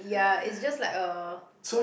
ya it's just like a